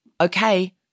Okay